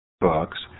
books